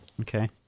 Okay